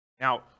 Now